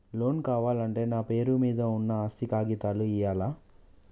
Loan కావాలంటే నా పేరు మీద ఉన్న ఆస్తి కాగితాలు ఇయ్యాలా?